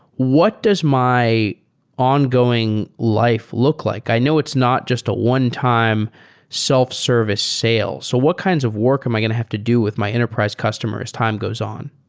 what does my ongoing life look like? i know it's not just a one-time self-service sales. so what kinds of work am i going to have to do with my enterprise customer as time goes on?